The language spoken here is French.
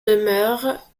demeurèrent